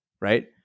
right